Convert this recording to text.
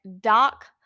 Doc